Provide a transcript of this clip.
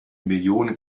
millionen